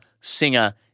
singer